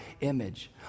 image